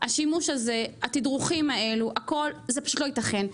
השימוש הזה, התדרוכים האלו, הכל זה פשוט לא ייתכן.